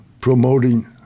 promoting